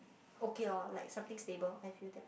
okay lor like something stable I feel that